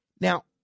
Now